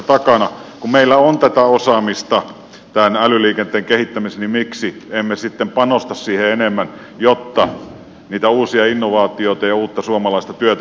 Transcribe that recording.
kun meillä on tätä osaamista tämän älyliikenteen kehittämisessä niin miksi emme sitten panosta siihen enemmän jotta niitä uusia innovaatioita ja uutta suomalaista työtä myöskin syntyy